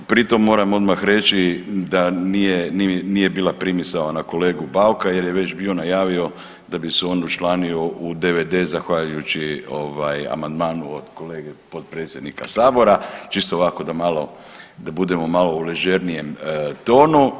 Pri tom moram odmah reći da nije, nije bila primisao na kolegu Bauka jer je već bio najavio da bi se on učlanio u DVD zahvaljujući ovaj amandmanu od kolege potpredsjednika sabora čisto ovako da malo, da budemo malo u ležernijem tonu.